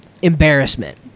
embarrassment